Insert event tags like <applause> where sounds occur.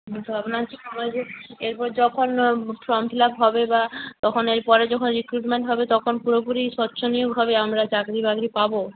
<unintelligible> এরপর যখন form fill up হবে বা তখন এর পরে যখন রিক্রুটমেন্ট হবে তখন পুরোপুরি স্বচ্ছনীয়ভাবে আমরা চাকরি বাকরি পাবো